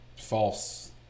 False